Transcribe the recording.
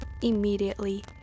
immediately